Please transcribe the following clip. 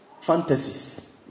fantasies